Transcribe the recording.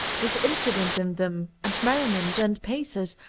with incident in them, and merriment and pathos,